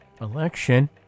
election